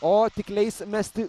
o tik leis mesti